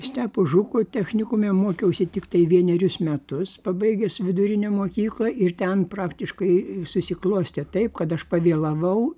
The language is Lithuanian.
stepo žuko technikume mokiausi tiktai vienerius metus pabaigęs vidurinę mokyklą ir ten praktiškai susiklostė taip kad aš pavėlavau